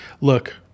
look